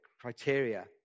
criteria